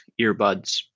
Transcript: earbuds